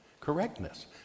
correctness